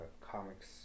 comics